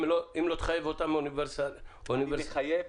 אם לא תחייב אותם אוניברסלי --- אני מחייב,